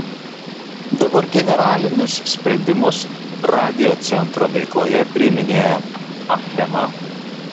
dabar generalinius sprendimus radiocentro veikloje priiminėja achema